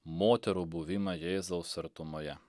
moterų buvimą jėzaus artumoje